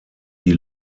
die